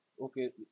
okay